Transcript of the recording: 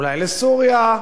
אולי לסוריה.